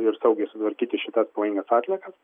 ir saugiai sutvarkyti šitas pavojingas atliekas